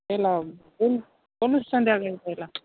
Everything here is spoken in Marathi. तिला कोण कोण संध्यागत त्याला